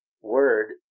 Word